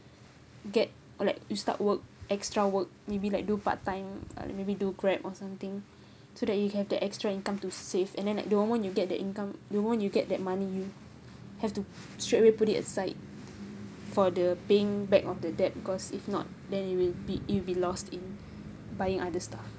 get or like you start work extra work maybe like do part time uh maybe do grab or something so that you have the extra income to save and then like the moment you get the income the moment you get that money you have to straight away put it aside for the paying back of the debt cause if not then you will be it will be lost in buying other stuff